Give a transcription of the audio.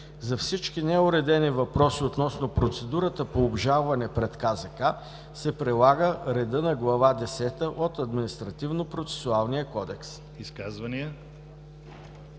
За всички неуредени въпроси относно процедурата по обжалване пред КЗК се прилага редът на Глава десета от Административнопроцесуалния кодекс.“